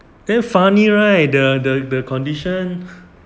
eh funny right the the the condition